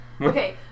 Okay